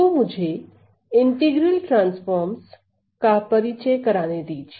तो मुझे integral transforms का परिचय कराने दीजिए